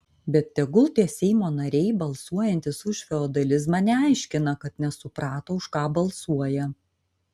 bet tegul tie seimo nariai balsuojantys už feodalizmą neaiškina kad nesuprato už ką balsuoja